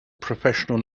professional